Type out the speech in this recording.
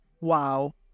wow